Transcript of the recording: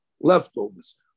leftovers